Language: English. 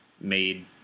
made